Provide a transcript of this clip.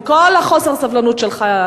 עם כל חוסר הסבלנות שלך.